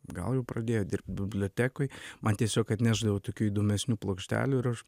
gal jau pradėjo dirbt bibliotekoj man tiesiog atnešdavo tokių įdomesnių plokštelių ir aš